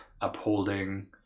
upholding